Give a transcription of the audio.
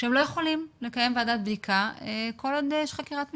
שהם לא יכולים לקיים ועדת בדיקה כל עוד יש חקירת משטרה.